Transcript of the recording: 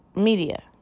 media